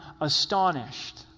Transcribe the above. astonished